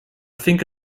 think